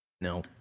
No